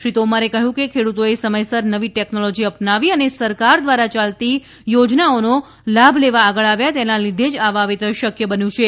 શ્રી તોમરે કહ્યું કે ખેડૂતોએ સમયસર નવી ટેકનોલોજી અપનાવી અને સરકાર દ્વારા ચાલતી યોજનાઓને લાભ લેવા આગળ આવ્યા તેના લીધે જ આ વાવેતર શક્ય બન્યું છે